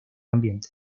ambiente